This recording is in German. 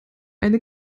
eine